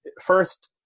first